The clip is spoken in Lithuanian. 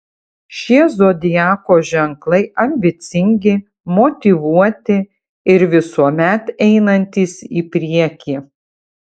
šie zodiako ženklai ambicingi motyvuoti ir visuomet einantys į priekį